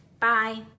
Bye